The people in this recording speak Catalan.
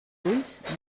ulls